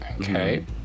okay